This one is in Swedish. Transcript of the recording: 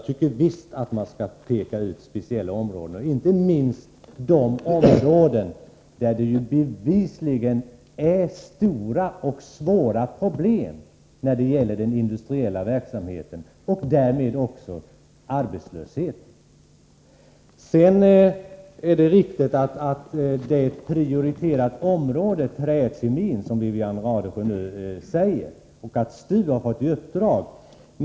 Men visst skall man göra det, inte minst i fråga om de områden där problemen bevisligen är stora och svåra när det gäller den industriella verksamheten, och därmed också arbetslösheten. Det är riktigt, som Wivi-Anne Radesjö här säger, att träkemin är ett prioriterat område och att STU fått vissa uppdrag.